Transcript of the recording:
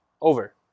over